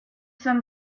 some